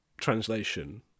translation